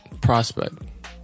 prospect